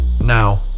Now